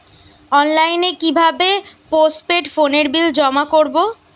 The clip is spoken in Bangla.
অনলাইনে কি ভাবে পোস্টপেড ফোনের বিল জমা করব?